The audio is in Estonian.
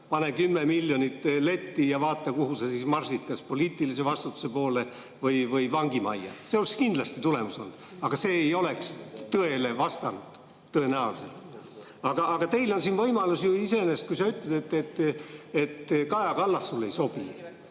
Pane 10 miljonit letti ja vaata, kuhu sa marsid, kas poliitilise vastutuse poole või vangimajja." See oleks kindlasti tulemus olnud, aga see ei oleks tõenäoliselt tõele vastanud. Aga teil on siin võimalus: kui sa ütled, et Kaja Kallas sulle ei sobi,